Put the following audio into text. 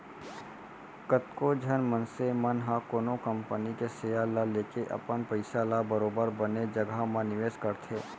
कतको झन मनसे मन ह कोनो कंपनी के सेयर ल लेके अपन पइसा ल बरोबर बने जघा म निवेस करथे